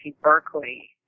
Berkeley